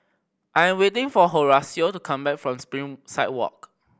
I'm waiting for Horacio to come back from Springside Walk